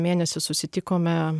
mėnesį susitikome